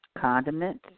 condiments